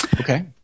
Okay